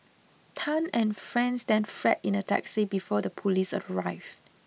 Tan and friends then fled in a taxi before the police arrived